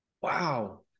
wow